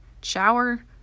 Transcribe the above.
shower